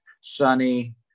sunny